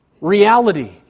reality